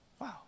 Wow